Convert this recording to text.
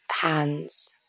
hands